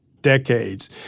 decades